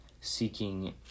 seeking